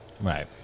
Right